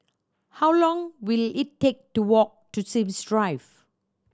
how long will it take to walk to Sims Drive